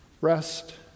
Rest